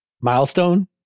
milestone